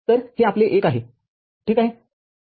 तर हे आपले १आहे ठीक आहे